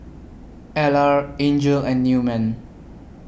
Ellar Angel and Newman